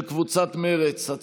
של קבוצת מרצ.